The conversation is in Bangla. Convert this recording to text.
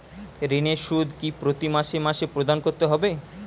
ঋণের সুদ কি প্রতি মাসে মাসে প্রদান করতে হবে?